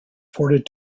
ported